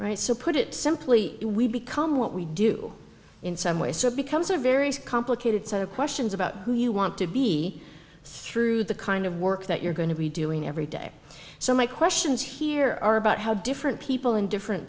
right so put it simply we become what we do in some way so it becomes a very complicated set of questions about who you want to be through the kind of work that you're going to be doing every day so my questions here are about how different people in different